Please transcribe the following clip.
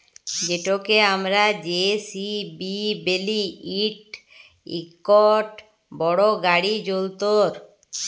যেটকে আমরা জে.সি.বি ব্যলি ইট ইকট বড় গাড়ি যল্তর